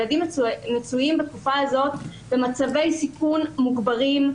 ילדים מצויים בתקופה הזאת במצבי סיכון מוגברים,